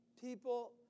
People